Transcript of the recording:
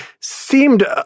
seemed